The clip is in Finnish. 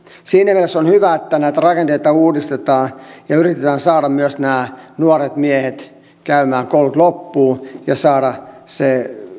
siinä mielessä on hyvä että näitä rakenteita uudistetaan ja yritetään saada myös nämä nuoret miehet käymään koulut loppuun ja saada se